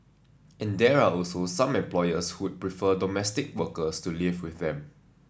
and there are also some employers who would prefer domestic workers to live with them